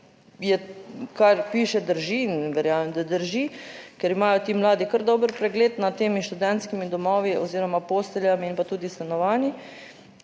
da drži, ker imajo ti mladi kar dober pregled nad temi študentskimi domovi oziroma posteljami in pa tudi s stanovanji,